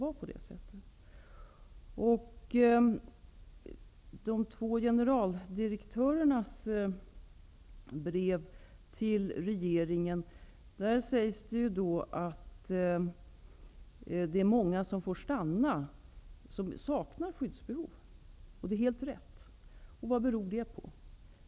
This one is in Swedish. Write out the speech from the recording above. I de två generaldirektörernas brev till regeringen sägs att många som saknar skyddsbehov får stanna. Det är helt rätt. Vad beror det på?